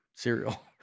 cereal